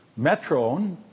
metron